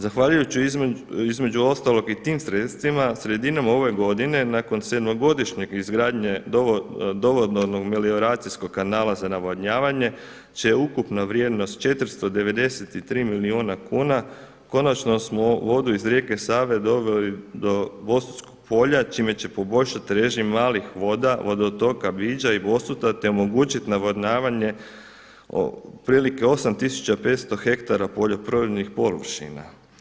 Zahvaljujući između ostalog i tim sredstvima, sredinom ove godine nakon sedmogodišnje izgradnje dovodno-melioracijskog kanala za navodnjavanje će ukupna vrijednost 493 milijuna kuna, konačno smo vodu iz rijeke Save doveli do Bosutskog polja čime će poboljšati režim malih voda vodotoka Biđa i Bosuta te omogućiti navodnjavanje otprilike 8.500 hektara poljoprivrednih površina.